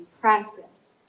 practice